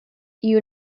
you